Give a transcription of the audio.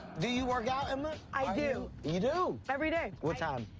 do you work out, emma? i do. you do? every day. what time?